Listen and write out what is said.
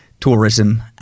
tourism